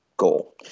goal